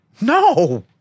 No